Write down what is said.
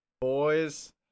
Boys